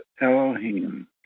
Elohim